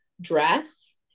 dress